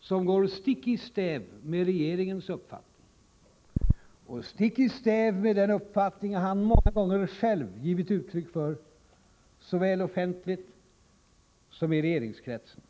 som går stick i stäv med regeringens uppfattning och stick i stäv med den uppfattning han många gånger själv givit uttryck för, såväl offentligt som i regeringskretsen.